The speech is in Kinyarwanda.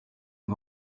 ari